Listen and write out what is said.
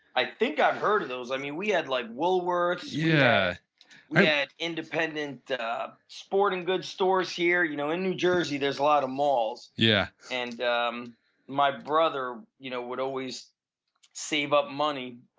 i think i've heard of those. i mean like we had like wellworths, yeah we yeah had independent sporting goods stores here. you know in new jersey, there's a lot of malls, yeah, and um my brother you know would always save up money.